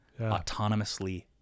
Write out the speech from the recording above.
autonomously